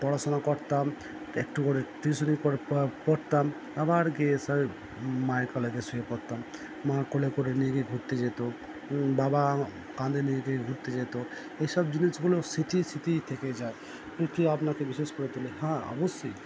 পড়াশোনা করতাম একটু করে টিউশনি পড়তাম আবার গিয়ে সেই মায়ের কোলেতে শুয়ে পড়তাম মা কোলে করে নিয়ে গিয়ে ঘুরতে যেতো বাবা কাঁধে নিয়ে গিয়ে ঘুরতে যেতো এসব জিনিসগুলো স্মৃতি স্মৃতিই থেকে যায় হাঁ অবশ্যই